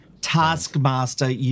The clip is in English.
Taskmaster